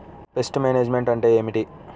Pest management అంటే ఏమిటి?